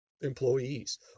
employees